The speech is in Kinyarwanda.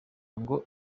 ngo